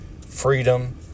freedom